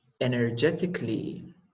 energetically